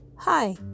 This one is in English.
Hi